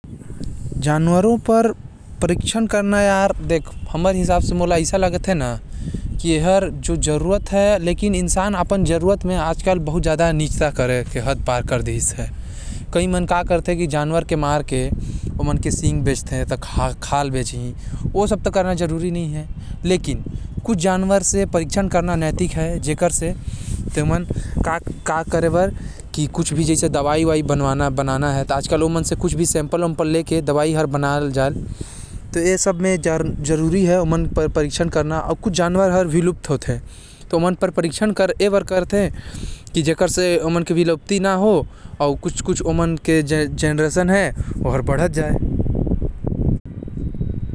जानवर मन पर परीक्षण नैतिक हवे काहे कि ओमन के सैंपल लेहे म बिना इंसान के नुकसान पहुचाये आसान होथे। लेकिन इंसान मन ल अपन नीचता ल पर नही करना चाही।